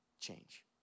change